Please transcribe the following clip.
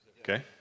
Okay